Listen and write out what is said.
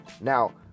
Now